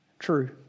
true